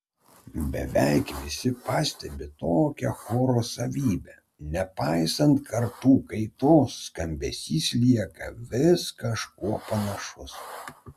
beveik visi pastebi tokią choro savybę nepaisant kartų kaitos skambesys lieka vis kažkuo panašus